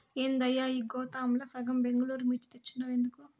ఏందయ్యా ఈ గోతాంల సగం బెంగళూరు మిర్చి తెచ్చుండావు ఎందుకు